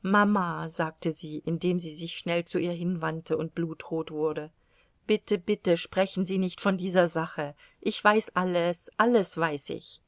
mama sagte sie indem sie sich schnell zu ihr hinwandte und blutrot wurde bitte bitte sprechen sie nicht von dieser sache ich weiß alles alles weiß ich